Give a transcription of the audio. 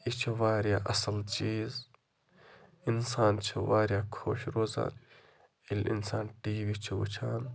یہِ چھُ واریاہ اَصٕل چیٖز اِنسان چھُ واریاہ خۄش روزان ییٚلہِ اِنسان ٹی وی چھُ وٕچھان